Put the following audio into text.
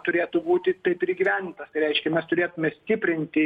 turėtų būti taip ir įgyvendintas tai reiškia mes turėtume stiprinti